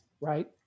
right